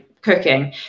cooking